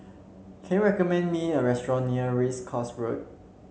can you recommend me a restaurant near Race Course Road